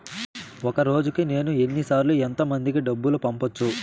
ఒక రోజుకి నేను ఎన్ని సార్లు ఎంత మందికి డబ్బులు పంపొచ్చు?